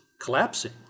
collapsing